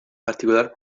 particolar